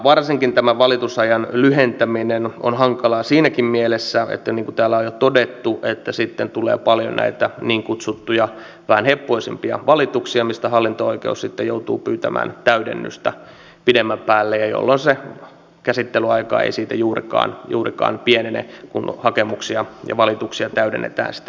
varsinkin tämän valitusajan lyhentäminen on hankalaa siinäkin mielessä niin kuin täällä on jo todettu että sitten tulee paljon näitä niin kutsuttuja vähän heppoisempia valituksia mistä hallinto oikeus sitten joutuu pyytämään täydennystä pidemmän päälle jolloin se käsittelyaika ei siitä juurikaan lyhene kun hakemuksia ja valituksia täydennetään sitten jälkeenpäin